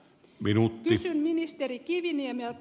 kysyn ministeri kiviniemeltä